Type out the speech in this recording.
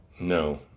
No